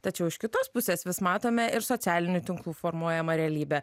tačiau iš kitos pusės vis matome ir socialinių tinklų formuojamą realybę